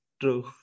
True